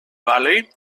valley